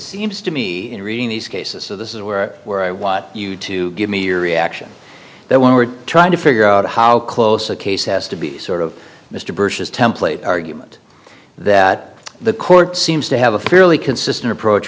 seems to me in reading these cases so this is where where i want you to give me your reaction that we're trying to figure out how close a case has to be sort of mr bush's template argument that the court seems to have a fairly consistent approach